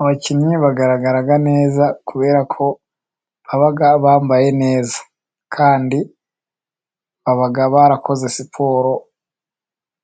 Abakinnyi bagaragara neza kubera ko baba bambaye neza kandi baba barakoze siporo,